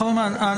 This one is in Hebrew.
חברת הכנסת,